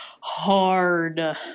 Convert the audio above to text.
hard